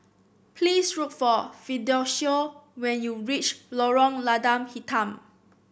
please look for Fidencio when you reach Lorong Lada Hitam